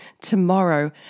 tomorrow